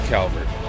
Calvert